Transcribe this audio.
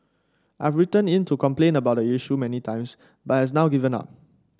I've written in to complain about the issue many times but has now given up